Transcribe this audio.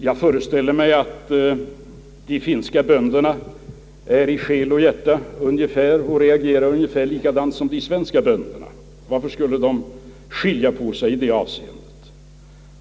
Jag föreställer mig att de finska bönderna i själ och hjärta reagerar ungefär på samma sätt som de svenska — varför skulle det vara någon skillnad därvidlag?